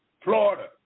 Florida